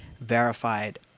verified